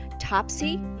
Topsy